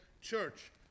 church